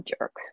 jerk